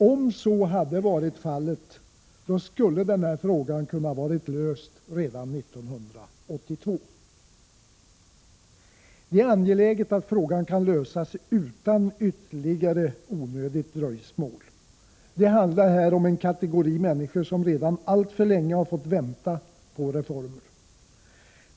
Hade så varit fallet, kunde frågan ha varit löst redan 1982. Det är angeläget att frågan kan lösas utan ytterligare onödigt dröjsmål. Det handlar här om en kategori människor som redan alltför länge fått vänta på reformer.